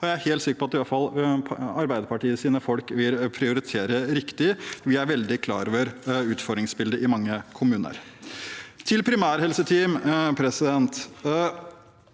Jeg er helt sikker på at iallfall Arbeiderpartiets folk vil prioritere riktig. Vi er veldig klar over utfordringsbildet i mange kommuner.